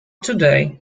today